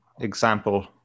example